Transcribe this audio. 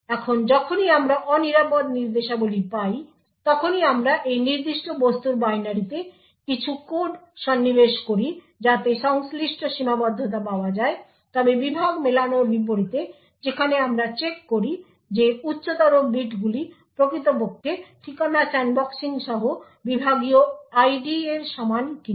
এখন যখনই আমরা অনিরাপদ নির্দেশাবলী পাই তখনই আমরা সেই নির্দিষ্ট বস্তুর বাইনারিতে কিছু কোড সন্নিবেশ করি যাতে সংশ্লিষ্ট সীমাবদ্ধতা পাওয়া যায় তবে বিভাগ মেলানোর বিপরীতে যেখানে আমরা চেক করি যে উচ্চতর বিটগুলি প্রকৃতপক্ষে ঠিকানা স্যান্ডবক্সিং সহ বিভাগীয় ID এর সমান কিনা